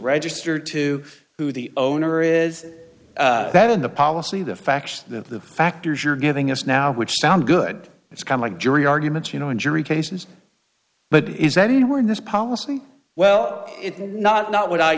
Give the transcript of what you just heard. registered to who the owner is that in the policy the fact that the factors you're giving us now which sound good it's kind like jury arguments you know injury cases but is anywhere in this policy well it not not what i